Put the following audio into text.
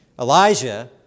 Elijah